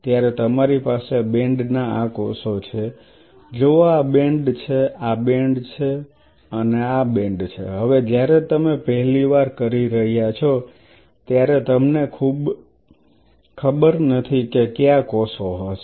ત્યારે તમારી પાસે બેન્ડ ના આ કોષો છે જુઓ આ બેન્ડ છે આ બેન્ડ છે આ બેન્ડ બે છે હવે જ્યારે તમે પહેલી વાર કરી રહ્યા છો ત્યારે તમને ખબર નથી કે કયા કોષો છે